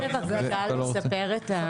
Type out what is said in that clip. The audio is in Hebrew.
סליחה, אני אשמח לספר את המעצר.